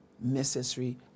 necessary